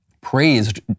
praised